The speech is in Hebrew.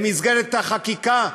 במסגרת החקיקה,